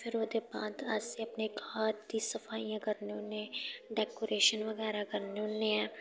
फिर ओह्दे बाद अस अपने घर दी सफाइयां करने होन्नें डैकोरेशन बगैरा करने होन्ने ऐं